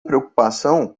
preocupação